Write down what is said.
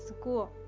School